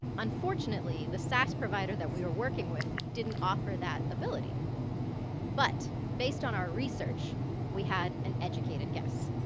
unfortunately, the sas provider that we are working with didn't offer that ability but based on our research we had an educated guess,